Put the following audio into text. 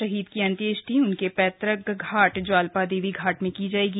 शहीद की अंत्येष्टि उनके पैतक घाट ज्वाल्पा देवी घाट में की जाएगी